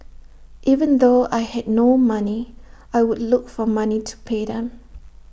even though I had no money I would look for money to pay them